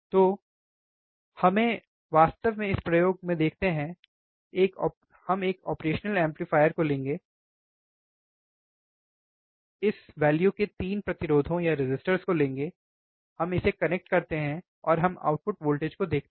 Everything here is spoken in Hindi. तो हमें इसे वास्तव में इस प्रयोग में देखते हैं हम एक ऑपरेशनल एम्पलीफायर को लेंगे इस मान के 3 प्रतिरोधों को लेंगे हम इसे कनेक्ट करते हैं और हम आउटपुट वोल्टेज को देखते हैं